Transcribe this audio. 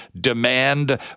demand